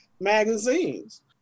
magazines